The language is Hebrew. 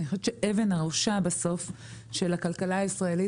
אני חושבת שאבן הראשה של הכלכלה הישראלית